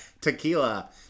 Tequila